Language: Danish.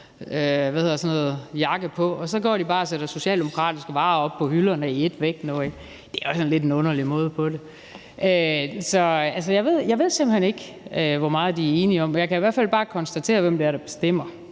at så går de bare og sætter socialdemokratiske varer op på hylderne i ét væk nu, ikke? Det er sådan lidt en underlig måde at gøre det på. Så altså, jeg ved simpelt hen ikke, hvor meget de er enige om. Jeg kan i hvert fald bare konstatere, hvem det er, der bestemmer.